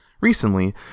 Recently